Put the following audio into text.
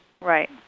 Right